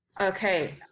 Okay